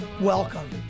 Welcome